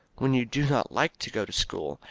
when you do not like to go to school,